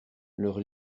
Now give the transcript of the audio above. leur